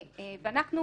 ואנחנו,